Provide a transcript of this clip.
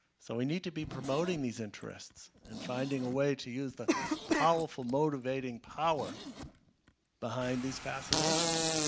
so we need to be promote ing these interests. and finding a way to use the powerful motivating power behind these fascinations.